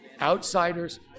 Outsiders